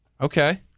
Okay